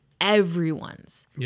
everyone's